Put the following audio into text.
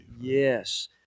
Yes